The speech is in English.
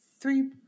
Three